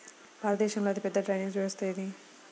భారతదేశంలో అతిపెద్ద డ్రైనేజీ వ్యవస్థ ఏది?